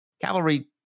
Cavalry